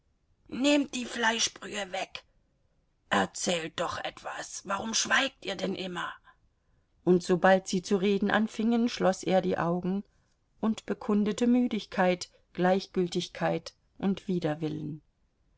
nehmt die fleischbrühe weg erzählt doch etwas warum schweigt ihr denn immer und sobald sie zu reden anfingen schloß er die augen und bekundete müdigkeit gleichgültigkeit und widerwillen